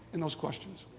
in those questions.